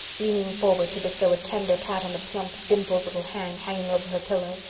leaning forward to bestow a tender pat on the plump, dimpled little hand hanging over her pillow,